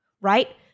Right